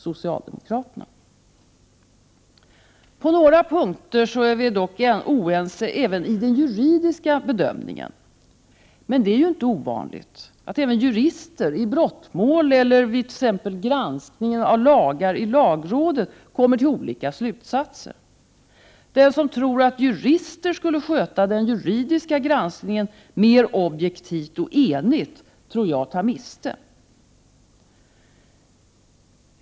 socialdemokraterna. På några punkter är vi dock oense även i der juridiska bedömningen. Men det är ju inte ovanligt att jurister i brottmål eller vid t.ex. granskning av lagar i lagrådet kommer till olika slutsatser. Den som tror att jurister skulle sköta den juridiska granskningen mer objektivt och enigt torde ta miste.